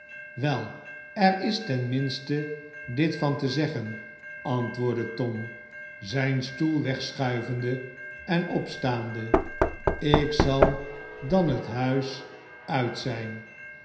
wel er is ten minste dit van te zeggen antwoordde tom zijn stoel wegschuivende en opstaande ik zal dan het huis uit zijn